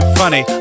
funny